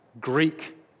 Greek